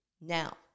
Now